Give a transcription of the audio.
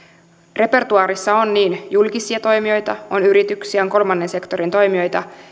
repertoaarissa on julkisia toimijoita on yrityksiä on kolmannen sektorin toimijoita